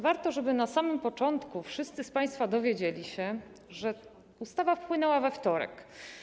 Warto, żeby na samym początku wszyscy z państwa dowiedzieli się, że ustawa wpłynęła we wtorek.